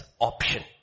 option